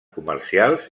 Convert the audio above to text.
comercials